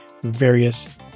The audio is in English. various